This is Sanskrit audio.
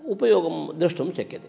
उपयोगं द्रष्टुं शक्यते